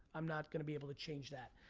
i'm not gonna be able to change that.